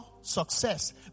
success